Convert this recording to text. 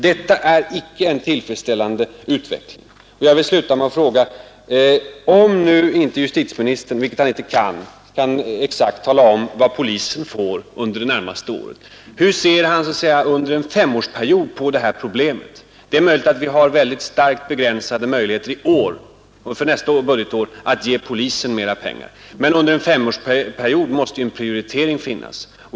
Detta är icke en tillfredsställande utveckling. Jag vill sluta med att fråga: Om nu inte justitieministern kan tala om — vilket han inte kan — exakt vad polisen får under det närmaste året, hur ser han då på detta problem för den kommande femårsperioden? Vi har kanske mycket starkt begränsade möjligheter i år och för nästa budgetår att ge polisen mer pengar, men under en femårsperiod måste ju en prioritering finnas.